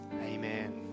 amen